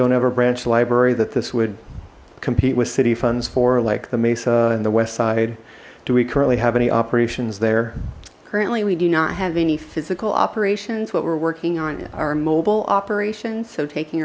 don't have a branch library that this would compete with city funds for like the mesa and the west side do we currently have any operations there currently we do not have any physical operations what we're working on our mobile operations so taking